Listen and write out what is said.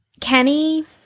Kenny